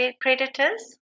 predators